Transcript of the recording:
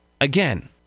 Again